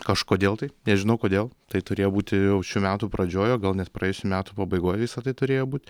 kažkodėl tai nežinau kodėl tai turėjo būti jau šių metų pradžioj gal net praėjusių metų pabaigoj visa tai turėjo būti